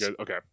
Okay